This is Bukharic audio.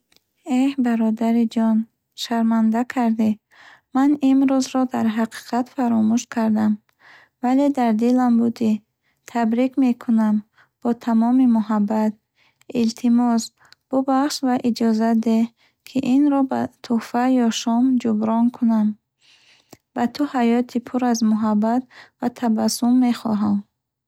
Эҳ, бародари ҷон, шарманда карди! Ман имрӯзро дар ҳақиқат фаромӯш кардам, вале дар дилам будӣ! Табрик мекунaм бо тамоми муҳаббат! Илтимос, бубахш ва иҷоза деҳ, ки инро ба тӯҳфа ё шом ҷуброн кунам. Ба ту ҳаёти пур аз муҳаббат ва табассум мехоҳам!